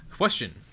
Question